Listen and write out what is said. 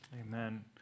Amen